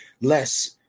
less